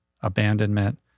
abandonment